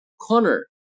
corner